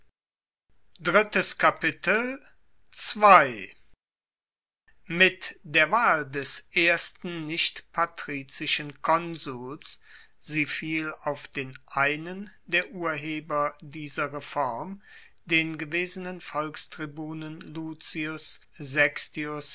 mit der wahl des ersten nicht patrizischen konsuls sie fiel auf den einen der urheber dieser reform den gewesenen volkstribunen lucius